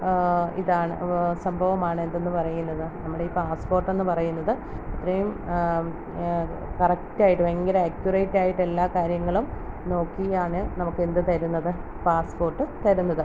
ഇതാണ് സംഭവമാണ് എന്തെന്ന് പറയുന്നത് നമ്മുടെ ഈ പാസ്പ്പോട്ടെന്ന് പറയുന്നത് അത്രയും കറക്റ്റായിട്ട് ഭയങ്കര അക്യുറേറ്റായിട്ടെല്ലാ കാര്യങ്ങളും നോക്കി ആണ് നമുക്കെന്ത് തരുന്നത് പാസ്പ്പോട്ട് തരുന്നത്